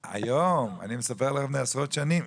היום, אבל אני מספר על לפני עשרות שנים.